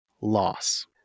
loss